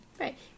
Right